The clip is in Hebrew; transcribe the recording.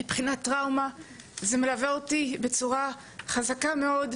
זה מלווה אותי מבחינת טראומה בצורה חזקה מאוד.